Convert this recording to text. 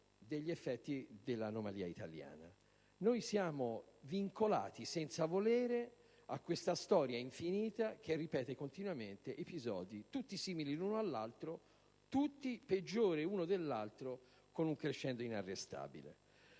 degli effetti dell'anomalia italiana. Siamo vincolati, senza volerlo, a questa storia infinita che ripete continuamente episodi tutti simili l'uno all'altro e tutti peggiori l'uno rispetto all'altro, con un crescendo inarrestabile.